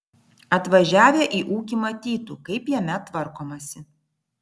atvažiavę į ūkį matytų kaip jame tvarkomasi